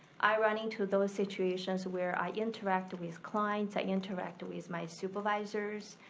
i run into those situations where i interact with clients, i interact with my supervisors,